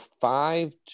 five